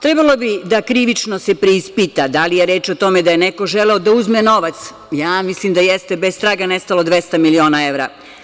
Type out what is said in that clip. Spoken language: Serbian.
Trebalo bi da se krivično preispita da li je reč o tome da je neko želeo da uzme novac, ja mislim da jeste bez traga je nestalo 200 miliona evra.